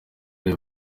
ali